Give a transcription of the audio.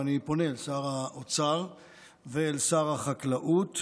ואני פונה לשר האוצר ולשר החקלאות